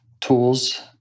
tools